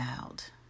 out